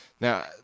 Now